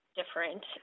different